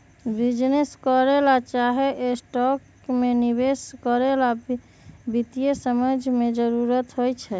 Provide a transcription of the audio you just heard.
business करे ला चाहे स्टॉक में निवेश करे ला वित्तीय समझ के जरूरत होई छई